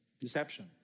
deception